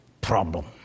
problem